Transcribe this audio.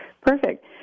Perfect